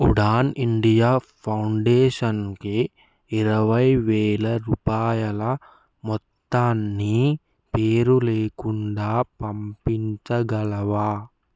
Udaan India ఫౌండేషన్కి ఇరవైవేల రూపాయల మొత్తాన్ని పేరులేకుండా పంపించగలవా